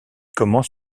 commence